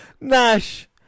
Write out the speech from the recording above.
Nash